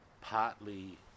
partly